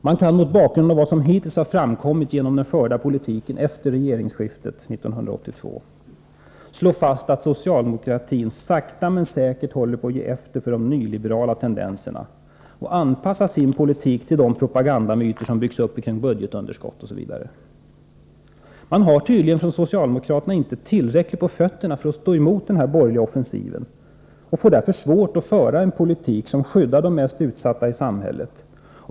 Man kan mot bakgrund av vad som hittills framkommit genom den förda politiken efter regeringsskiftet 1982 slå fast att socialdemokratin sakta men säkert håller på att ge efter för de nyliberala tendenserna och anpassa sin Politik till de propagandamyter som byggs upp kring budgetunderskottet osv. Man har tydligen från socialdemokraternas sida inte tillräckligt på fötterna för att stå emot den borgerliga offensiven, och man får därför svårt att föra en politik som skyddar de mest utsatta i samhället.